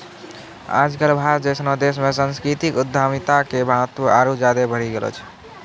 आज कल भारत जैसनो देशो मे सांस्कृतिक उद्यमिता के महत्त्व आरु ज्यादे बढ़ि गेलो छै